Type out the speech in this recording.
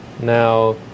Now